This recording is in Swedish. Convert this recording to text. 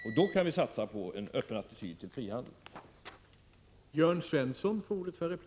Men då kan vi också satsa på en öppen attityd till frihandel.